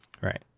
Right